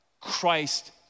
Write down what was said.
Christ